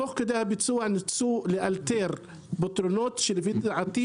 ותוך כדי הביצוע נאלצו לאלתר פתרונות שלפי דעתי